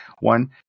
one